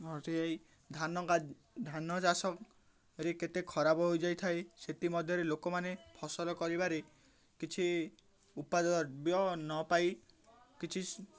ଧାନ ଧାନ ଚାଷରେ କେତେ ଖରାପ ହୋଇଯାଇଥାଏ ସେଥିମଧ୍ୟରେ ଲୋକମାନେ ଫସଲ କରିବାରେ କିଛି ଉପଦ୍ରବ୍ୟ ନ ପାଇ କିଛି